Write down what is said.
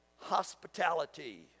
hospitality